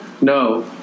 No